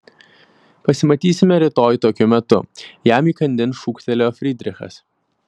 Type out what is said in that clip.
pasimatysime rytoj tokiu metu jam įkandin šūktelėjo frydrichas